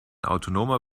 autonomer